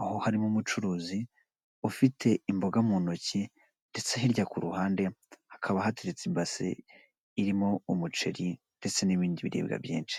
aho harimo umucuruzi ufite imboga mu ntoki, ndetse hirya ku ruhande hakaba hateretse ibase irimo umuceri, ndetse n'ibindi biribwa byinshi.